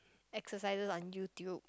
exercises on YouTube